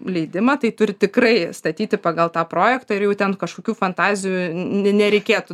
leidimą tai turi tikrai statyti pagal tą projektą ir jau ten kažkokių fantazijų nereikėtų